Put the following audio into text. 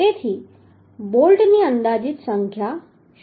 તેથી બોલ્ટની અંદાજિત સંખ્યા શોધી શકાય છે